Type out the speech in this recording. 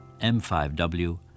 M5W